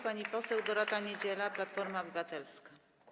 Pani poseł Dorota Niedziela, Platforma Obywatelska.